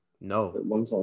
No